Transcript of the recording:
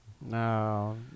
No